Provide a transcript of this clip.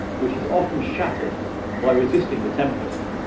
which is often shattered by resisting the tempest.